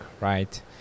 right